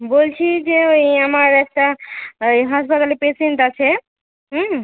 বলছি যে ওই আমার একটা ওই হাসপাতালে পেশেন্ট আছে হুম